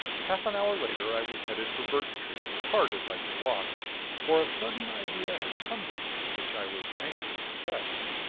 half an hour later i was heading for burtontree, as hard as i could walk for a sudden idea had come to me, which i was anxious to test.